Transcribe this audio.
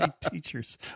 teachers